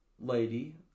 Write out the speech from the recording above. lady